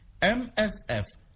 msf